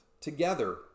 together